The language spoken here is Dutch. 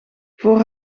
voor